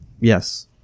Yes